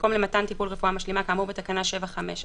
מקום למתן טיפול רפואה משלימה כאמור בתקנה 7(5א)